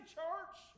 church